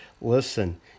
Listen